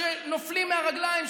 שנופלים מהרגליים,